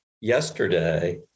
yesterday